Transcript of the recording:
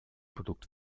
produkt